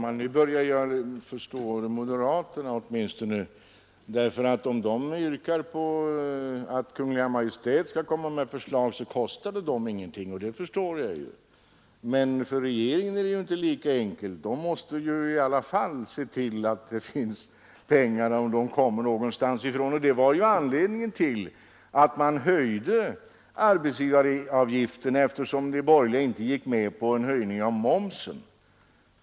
Fru talman! Nu börjar jag åtminstone förstå moderaterna. De yrkar på att Kungl. Maj:t skall komma med förslag — det kostar dem ingenting. För regeringen är det inte lika enkelt. Den måste i alla fall se till att pengarna finns någonstans att ta. Det var anledningen till att man höjde arbetsgivaravgiften, eftersom de borgerliga inte gick med på en höjning av momsen.